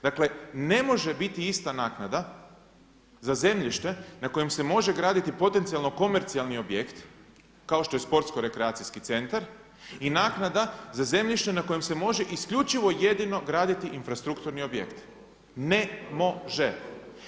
Dakle, ne može biti ista naknada za zemljište na kojem se može graditi potencijalno komercijalni objekt kao što je sportsko-rekreacijski centar i naknada za zemljište na kojem se može isključivo i jedino graditi infrastrukturni objekt, ne može.